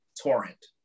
torrent